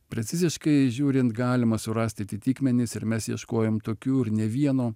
preciziškai žiūrint galima surasti atitikmenis ir mes ieškojom tokių ir ne vieno